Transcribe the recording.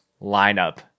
lineup